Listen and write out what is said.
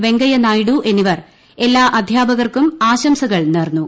വെങ്കയ്യനായിഡു എന്നിവർ എല്ലാ അധ്യാപകർക്കും ആശംസകൾ നേർന്നു